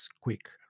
quick